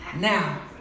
Now